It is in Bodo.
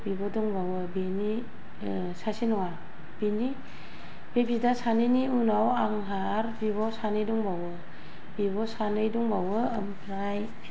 बिब' दंबावो बेनि सासे नङा बेनि बे बिदा सानैनि उनाव आंहा आरो बिब' सानै दंबावो बिब' दंबावो ओमफ्राय